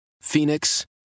Phoenix